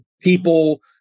people